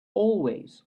always